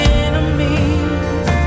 enemies